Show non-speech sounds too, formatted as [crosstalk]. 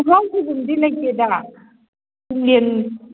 [unintelligible] ꯁꯣꯏꯕꯨꯝꯗꯤ ꯂꯩꯇꯦꯗ [unintelligible]